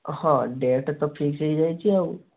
ହଁ ଡେଟ୍ ତ ଫିକ୍ସ୍ ହେଇ ଯାଇଛି ଆଉ